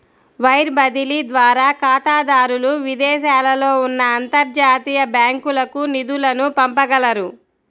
wire బదిలీ ద్వారా ఖాతాదారులు విదేశాలలో ఉన్న అంతర్జాతీయ బ్యాంకులకు నిధులను పంపగలరు